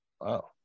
Wow